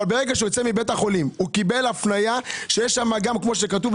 אבל ברגע שיוצא מבית החולים יש הפניה שצריך כמו מורפיום,